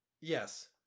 Yes